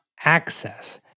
access